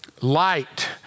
light